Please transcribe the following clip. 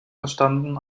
verstanden